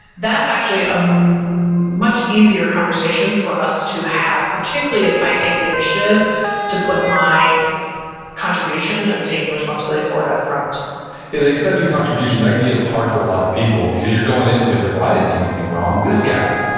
that's actually ah a much easier conversation for us to have, particularly if i take the initiative to put my contribution and taking responsibility for it up front yeah, the accepting contributions, that can ah hard for a lot of people because you're going into, it's like, well, i didn't do anything wrong. this guy,